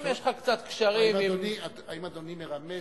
אם יש לך קצת קשרים, האם אדוני מרמז